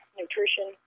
nutrition